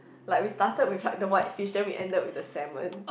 like we started with like the white fish then we ended with with a salmon